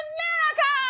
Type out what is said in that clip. America